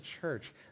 church